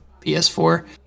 PS4